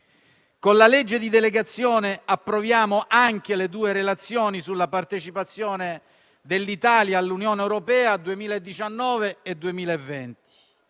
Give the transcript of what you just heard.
Con la legge di delegazione approviamo anche le due relazioni sulla partecipazione dell'Italia all'Unione europea per